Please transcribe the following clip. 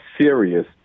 serious